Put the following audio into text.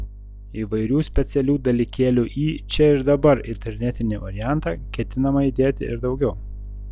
įvairių specialių dalykėlių į čia ir dabar internetinį variantą ketiname įdėti ir daugiau